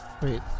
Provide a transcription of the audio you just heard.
wait